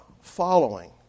following